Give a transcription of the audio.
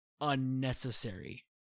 unnecessary